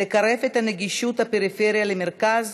לקרב את הפריפריה למרכז